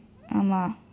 ஆமாம்:aamaam